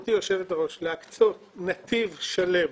גבירתי יושבת-הראש, להקצות נתיב שלם